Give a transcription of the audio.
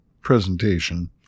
presentation